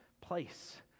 place